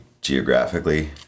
geographically